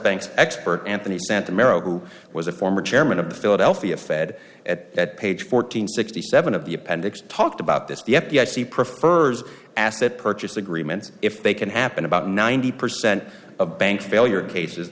banks expert anthony santa mero who was a former chairman of the philadelphia fed at that page fourteen sixty seven of the appendix talked about this the f b i see preferred asset purchase agreements if they can happen about ninety percent of bank failure cases